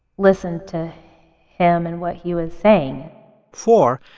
listen to him and what he was saying four,